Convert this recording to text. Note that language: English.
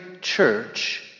church